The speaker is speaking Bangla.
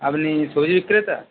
আপনি সবজি বিক্রেতা